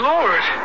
Lord